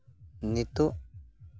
ᱱᱤᱛᱚᱜ